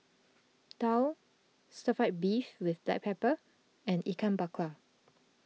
Daal Stir Fry Beef with Black Pepper and Ikan Bakar